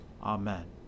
Amen